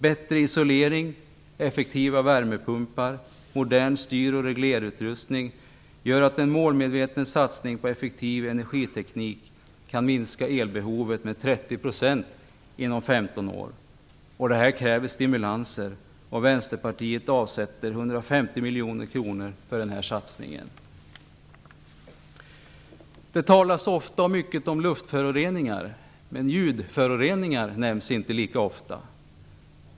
Bättre isolering, effektiva värmepumpar, modern styr och reglerutrustning gör att en målmedveten satsning på effektiv energiteknik kan minska elbehovet med 30 % inom 15 år. Detta kräver stimulanser. Vänsterpartiet avsätter 150 miljoner kronor till den här satsningen. Det talas ofta och mycket om luftföroreningar, men ljudföroreningar nämns inte lika ofta.